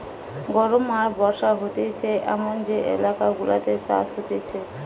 গরম আর বর্ষা হতিছে এমন যে এলাকা গুলাতে চাষ হতিছে